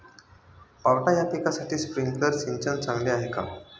पावटा या पिकासाठी स्प्रिंकलर सिंचन चांगले आहे का?